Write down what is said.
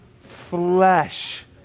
flesh